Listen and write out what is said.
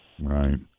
Right